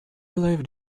lived